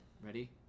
Ready